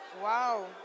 Wow